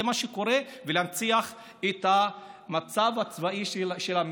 זה מה שקורה, ולהנציח את המצב הצבאי של המדינה.